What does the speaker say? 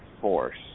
force